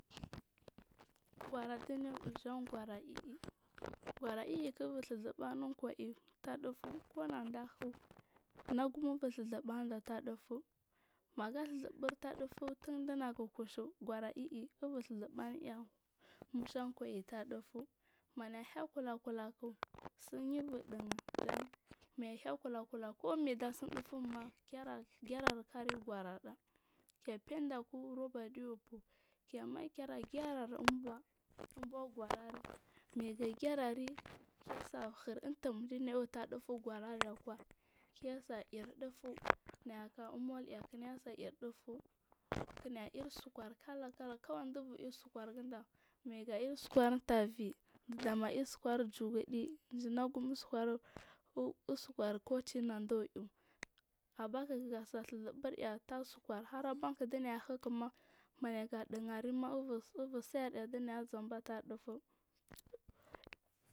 goraɗuya i jan gora ii go ra iik ivur ɗhuzubu anu kwai taah ɗufu inagu abur ɗhuzubu nuɗa tah ɗufu maga ɗhuzubu taah ɗufu tun ɗunagu kushu gira ii uvur ɗhuzu bu niya taah ɗufu hay kula kula k sin yubur ɗigha mmaya haiy kula kula kommaida sindufunma ajara kari goraɗa kefenda du rober ɗiya fuuh ke mai kele garar umber ubargora rim ayu garari kese hir untum ɗijibur taah ɗuful gora likwake kesai irr ɗuful ka umur ya kina yasai irri ɗufuh kene ir uskur kalakala kowani duwavurmul uskur. mage mul uskur intervi baɗa us jur yugudi unagumm uskur uskur kucinabur iaw abakik gase dc zubur air taah uskur abaku clina yahikima mayega digari ubursa ɗa ɗuyazuba taah lufuh.